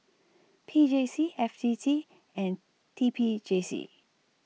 P J C F T T and T P J C